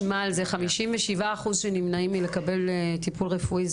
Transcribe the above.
57% שנמנעים מלקבל טיפול רפואי.